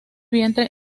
vientre